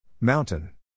Mountain